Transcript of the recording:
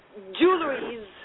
jewelries